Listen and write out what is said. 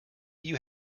you